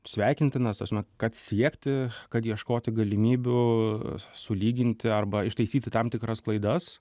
sveikintinas ta prasme kad siekti kad ieškoti galimybių sulyginti arba ištaisyti tam tikras klaidas